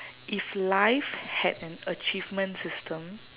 if life had an achievement system